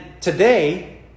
today